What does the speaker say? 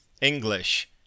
English